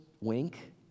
wink